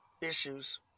issues